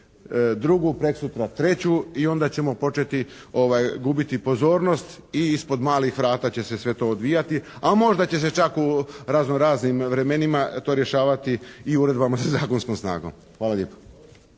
drugu, preksutra treću i onda ćemo početi gubiti pozornost i ispod malih vrata će se sve to odvijati, a možda će se čak u razno-raznim vremenima to rješavati i uredbama sa zakonskom snagom. Hvala lijepo.